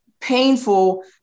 painful